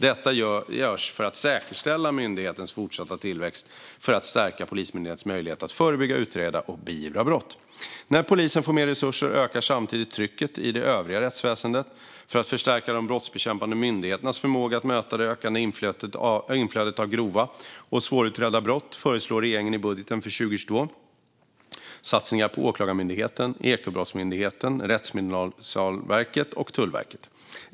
Detta görs för att säkerställa myndighetens fortsatta tillväxt och för att stärka Polismyndighetens möjlighet att förebygga, utreda och beivra brott. När polisen får mer resurser ökar samtidigt trycket i det övriga rättsväsendet. För att förstärka de brottsbekämpande myndigheternas förmåga att möta det ökade inflödet av grova och svårutredda brott föreslår regeringen i budgeten för 2022 satsningar på Åklagarmyndigheten, Ekobrottsmyndigheten, Rättsmedicinalverket och Tullverket.